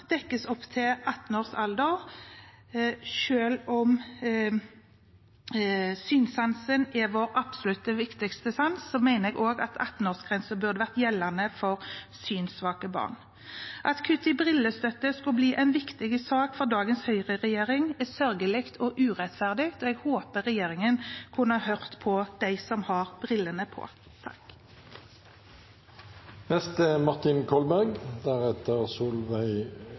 dekkes opp til man er 18-år, selv om synssansen er vår absolutt viktigste sans. Jeg mener at 18-årsgrense også burde vært gjeldende for synssvake barn. At kutt i brillestøtte skulle bli en viktig sak for dagens Høyre-regjering, er sørgelig og urettferdig. Jeg hadde håpet at regjeringen kunne ha hørt på dem som har brillene på. Det er